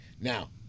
Now